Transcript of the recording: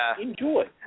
enjoy